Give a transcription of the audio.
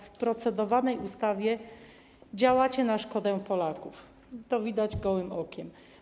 W procedowanej ustawie działacie na szkodę Polaków, to widać gołym okiem.